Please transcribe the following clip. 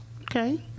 Okay